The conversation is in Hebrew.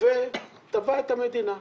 ותבע את המדינה.